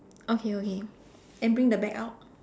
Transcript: okay okay and bring the bag out